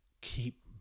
keep